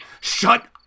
Shut